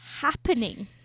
happening